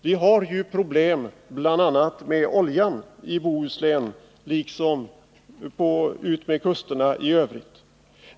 Vi har ju problem bl.a. med oljan i Bohuslän liksom utmed kusterna i Övrigt.